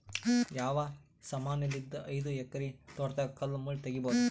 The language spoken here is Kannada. ಯಾವ ಸಮಾನಲಿದ್ದ ಐದು ಎಕರ ತೋಟದಾಗ ಕಲ್ ಮುಳ್ ತಗಿಬೊದ?